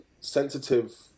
sensitive